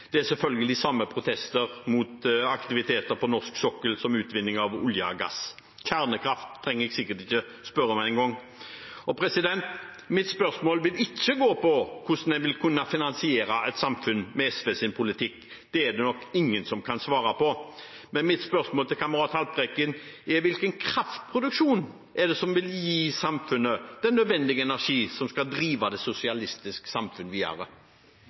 Det er selvfølgelig samme protester mot aktiviteter på norsk sokkel, som utvinning av olje og gass. Kjernekraft trenger jeg sikkert ikke å spørre om engang. Mitt spørsmål vil ikke gå på hvordan en vil kunne finansiere et samfunn med SVs politikk. Det er det nok ingen som kan svare på. Men mitt spørsmål til kamerat Haltbrekken er: Hvilken kraftproduksjon er det som vil gi samfunnet den nødvendige energi som skal drive det sosialistiske samfunnet videre?